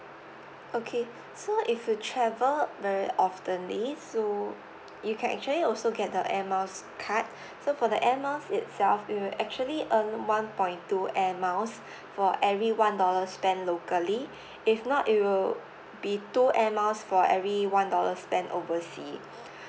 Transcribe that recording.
okay so if you travel very oftenly so you can actually also get the air miles card so for the air miles itself you will actually earn one point two air miles for every one dollar spent locally if not it will be two air miles for every one dollar spent oversea